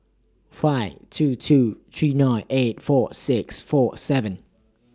five two two three nine eight four six four seven